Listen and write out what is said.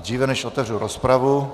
Dříve než otevřu rozpravu,